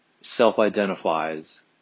self-identifies